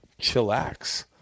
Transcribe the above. chillax